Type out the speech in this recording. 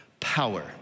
Power